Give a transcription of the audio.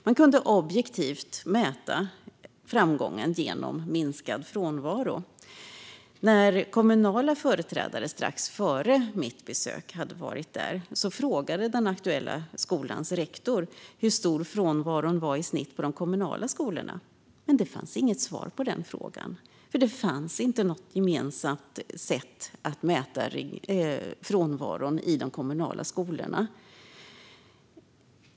Man kunde objektivt mäta framgången genom minskad frånvaro. När kommunala företrädare strax före mitt besök hade varit där frågade den aktuella skolans rektor hur stor frånvaron var i snitt på de kommunala skolorna. Men det fanns inget svar på den frågan, för det fanns inte något gemensamt sätt att mäta frånvaron i de kommunala skolorna.